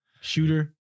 shooter